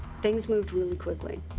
things moved really quickly.